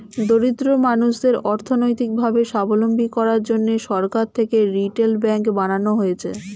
দরিদ্র মানুষদের অর্থনৈতিক ভাবে সাবলম্বী করার জন্যে সরকার থেকে রিটেল ব্যাঙ্ক বানানো হয়েছে